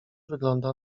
wygląda